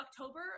October